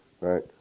right